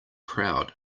crowd